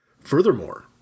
Furthermore